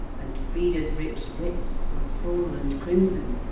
and frida's rich lips were full and crimson,